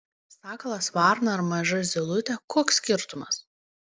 sakalas varna ar maža zylutė koks skirtumas